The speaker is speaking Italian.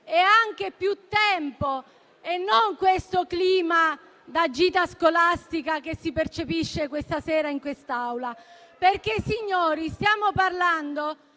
anche più tempo e non con questo clima da gita scolastica che si percepisce questa sera in quest'Aula. Signori, stiamo parlando